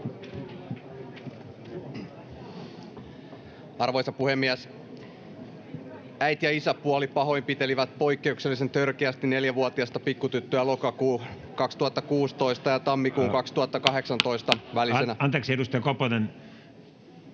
Arvoisa puhemies! Äiti ja isäpuoli pahoinpitelivät poikkeuksellisen törkeästi neljävuotiasta pikkutyttöä lokakuun 2016 ja tammikuun 2018 välisenä... [Hälinää